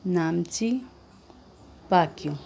Namchi Pakyong